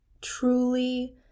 truly